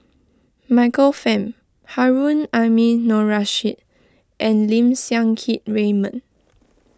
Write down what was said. Michael Fam Harun Aminurrashid and Lim Siang Keat Raymond